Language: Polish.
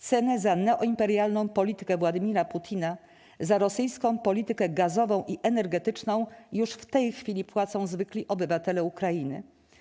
Cenę za neoimperialną politykę Władimira Putina, za rosyjską politykę gazową i energetyczną już w tej chwili płacą zwykli obywatele Ukrainy.